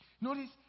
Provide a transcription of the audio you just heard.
Notice